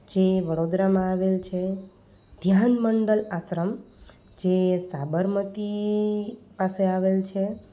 જે વડોદરામાં આવેલ છે ધ્યાન મંડલ આશ્રમ જે સાબરમતી પાસે આવેલ છે